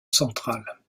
centrale